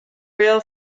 rail